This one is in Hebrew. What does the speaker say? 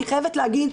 אני חייבת להגיד,